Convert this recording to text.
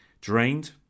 Drained